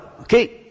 okay